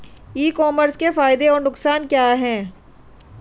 ई commerce के फायदे और नुकसान क्या हैं?